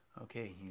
Okay